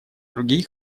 другие